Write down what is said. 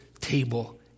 table